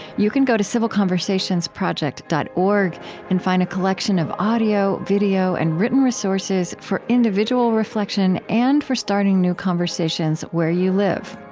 you can go to civilconversationsproject dot org and find a collection of audio, video, and written resources for individual reflection and for starting new conversations where you live.